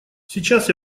сейчас